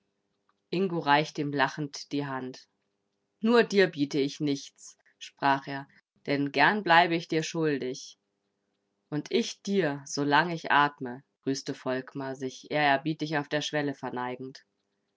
ingo reichte ihm lachend die hand nur dir biete ich nichts sprach er denn gern bleibe ich dir schuldig und ich dir solange ich atme grüßte volkmar sich ehrerbietig auf der schwelle verneigend